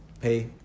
pay